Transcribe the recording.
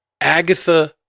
Agatha